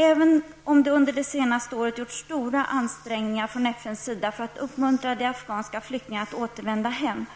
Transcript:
Även om det under det senaste året har gjorts stora ansträngningar från FNs sida för att uppmuntra de afghanska flyktingarna att återvända hem,